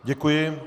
Děkuji.